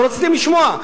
לא רציתם לשמוע.